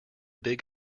big